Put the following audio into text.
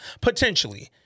Potentially